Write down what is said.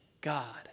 god